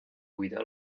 guida